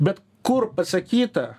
bet kur pasakyta